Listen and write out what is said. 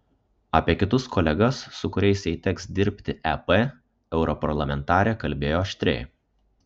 apie kitus kolegas su kuriais jai teks dirbti ep europarlamentarė kalbėjo aštriai